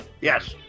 Yes